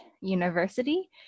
University